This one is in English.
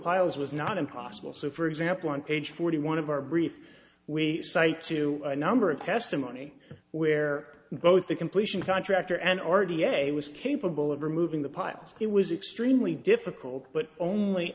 piles was not impossible so for example on page forty one of our brief we cite to a number of testimony where both the completion contractor an r t a was capable of removing the piles it was extremely difficult but only